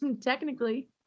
technically